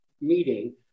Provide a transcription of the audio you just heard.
meeting